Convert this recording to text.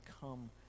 come